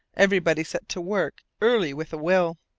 everybody set to work early with a will.